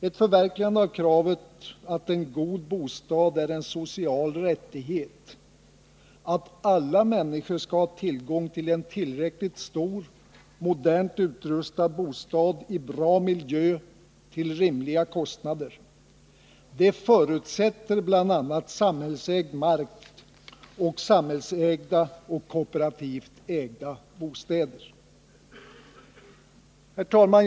Ett förverkligande av kravet på att en god bostad är en social rättighet och att alla människor skall ha tillgång till en tillräckligt stor och modernt utrustad bostad i bra miljö och till rimliga kostnader förutsätter bl.a. samhällsägd mark samt samhällsägda och kooperativt ägda bostäder. Herr talman!